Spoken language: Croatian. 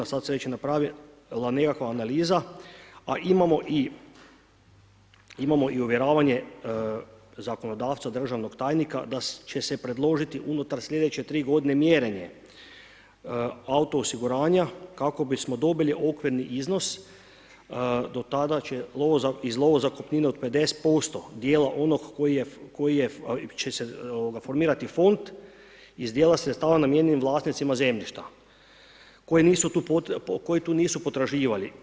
Sad se već i napravila nekakva analiza, a imamo i uvjeravanje zakonodavca, državnog tajnika da će se predložiti unutar slijedeće tri godine mjerenje auto-osiguranja kako bismo dobili okvirni iznos do tada će iz lovozakupnine od 50% dijela onog koji će se formirati fond iz dijela sredstava namijenjenih vlasnicima zemljišta, koji to nisu potraživali.